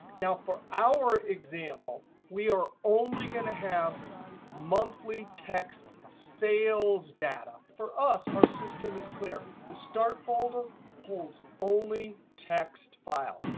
now, for our example we are only going to have monthly text sales data. for us, our system is clear, the start folder holds only text files.